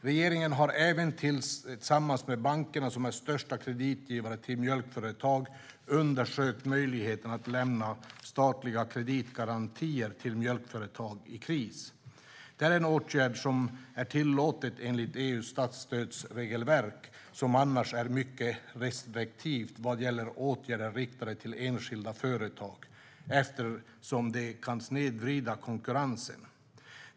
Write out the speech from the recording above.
Regeringen har även, tillsammans med de banker som är största kreditgivare till mjölkföretag, undersökt möjligheten att lämna statliga kreditgarantier till mjölkföretag i kris. Det är en åtgärd som är tillåten enligt EU:s statsstödsregelverk, som annars är mycket restriktivt vad gäller åtgärder riktade till enskilda företag, eftersom de kan snedvrida konkurrensen.